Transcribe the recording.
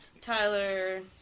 Tyler